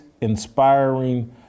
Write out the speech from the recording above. inspiring